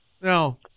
no